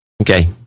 Okay